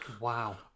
Wow